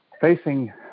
facing